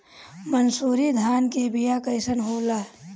मनसुरी धान के बिया कईसन होला?